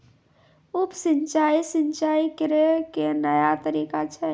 उप सिंचाई, सिंचाई करै के नया तरीका छै